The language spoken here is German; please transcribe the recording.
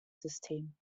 system